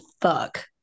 fuck